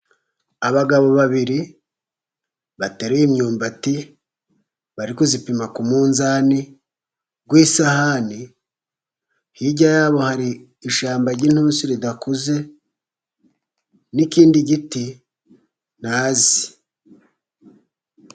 Abagabo babiri bateruye imyumbati, bari kuyipima ku munzani w'isahani, hirya y'aho hari ishyamba ry'intusi ridakuze, n'ikindi giti ntazi.